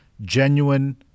genuine